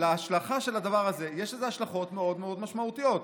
לדבר הזה יש השלכות מאוד משמעותיות,